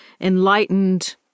enlightened